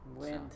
Wind